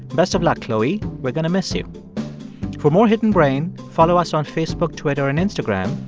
best of luck, chloe. we're going to miss you for more hidden brain, follow us on facebook, twitter and instagram.